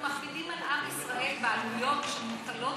אנחנו מכבידים על עם ישראל בעלויות שמוטלות